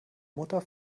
mutter